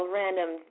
random